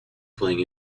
playing